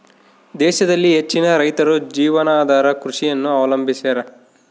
ದೇಶದಲ್ಲಿ ಹೆಚ್ಚಿನ ರೈತರು ಜೀವನಾಧಾರ ಕೃಷಿಯನ್ನು ಅವಲಂಬಿಸ್ಯಾರ